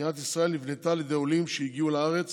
מדינת ישראל נבנתה על ידי עולים שהגיעו לארץ